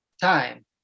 time